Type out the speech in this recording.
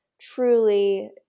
truly